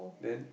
then